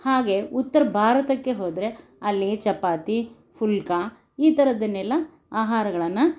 ಹಾಗೆ ಉತ್ತರ ಭಾರತಕ್ಕೆ ಹೋದರೆ ಅಲ್ಲಿ ಚಪಾತಿ ಫುಲ್ಕ ಈ ಥರದ್ದನ್ನೆಲ್ಲ ಆಹಾರಗಳನ್ನು